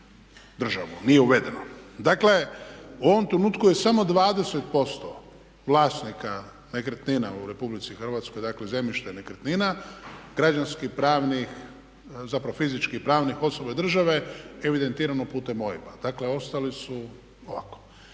državu, nije uvedeno. Dakle, u ovom trenutku je samo 20% vlasnika nekretnina u RH dakle zemljište nekretnina, građevinskih pravnih, znači fizičkih i pravnih osoba države evidentirano putem OIB-a, dakle, ostali su ovako.